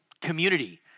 community